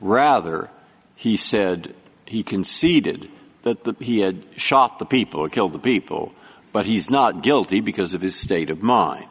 rather he said he conceded that he had shot the people who killed the people but he's not guilty because of his state of mind